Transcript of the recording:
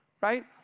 right